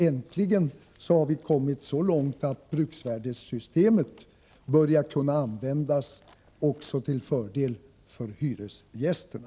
Äntligen har vi kommit så långt att bruksvärdessystemet börjar kunna användas också till fördel för hyresgästerna.